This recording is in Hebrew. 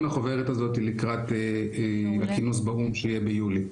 החוברת לקראת הכינוס באו"ם שיהיה ביולי,